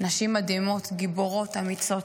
נשים מדהימות, גיבורות, אמיצות.